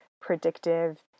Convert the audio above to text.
predictive